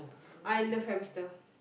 I love hamster